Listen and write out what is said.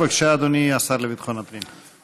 בבקשה, אדוני השר לביטחון הפנים.